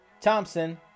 Thompson